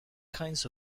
kinds